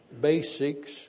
basics